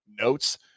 notes